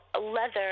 leather